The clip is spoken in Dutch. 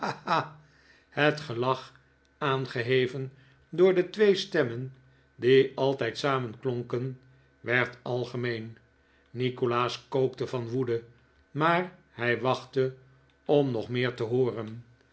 het gelach aangeheven door de twee stemmen die altijd samen klonken werd algemeen nikolaas kookte van woede maar hij wachtte om nog meer te hooren